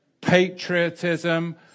patriotism